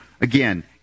again